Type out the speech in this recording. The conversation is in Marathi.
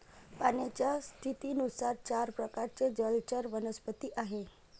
पाण्याच्या स्थितीनुसार चार प्रकारचे जलचर वनस्पती आहेत